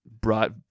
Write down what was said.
brought